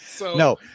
No